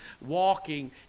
walking